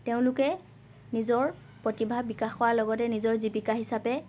তেওঁলোকে নিজৰ প্ৰতিভা বিকাশ কৰাৰ লগতে নিজৰ জীৱিকা হিচাপে